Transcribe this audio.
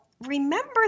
remember